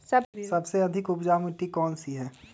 सबसे अधिक उपजाऊ मिट्टी कौन सी हैं?